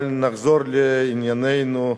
אבל נחזור לענייננו.